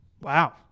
Wow